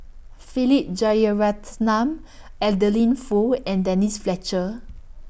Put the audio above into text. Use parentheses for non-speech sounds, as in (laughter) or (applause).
Philip Jeyaretnam (noise) Adeline Foo and Denise Fletcher